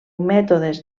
mètodes